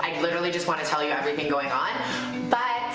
i literally just want to tell you everything going on but